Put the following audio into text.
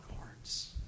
hearts